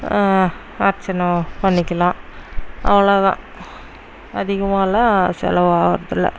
அர்ச்சனை பண்ணிக்கலாம் அவ்வளோ தான் அதிகமாவெலாம் செலவு ஆகிறது இல்லை